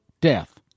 death